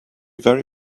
very